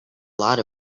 lot